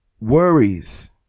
worries